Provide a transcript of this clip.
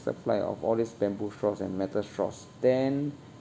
supply of all these bamboo straws and metal straws then